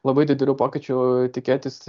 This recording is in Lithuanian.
labai didelių pokyčių tikėtis